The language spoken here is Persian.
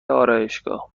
آرایشگاه